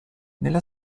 nella